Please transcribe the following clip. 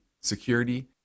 security